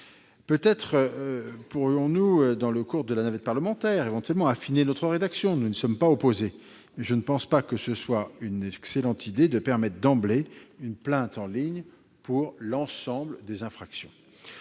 Peut-être pourrons-nous, dans le cours de la navette, affiner notre rédaction- nous n'y sommes pas opposés. Mais je ne pense pas que cela soit une excellente idée de permettre d'emblée une plainte en ligne pour l'ensemble des infractions.